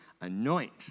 Anoint